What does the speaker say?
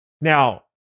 now